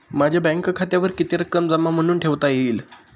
माझ्या बँक खात्यावर किती रक्कम जमा म्हणून ठेवता येईल?